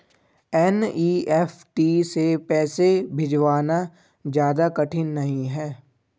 NEFT से पैसे भिजवाना ज्यादा कठिन नहीं है